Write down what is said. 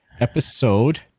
episode